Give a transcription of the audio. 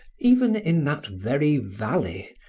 even in that very valley,